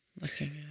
looking